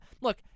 look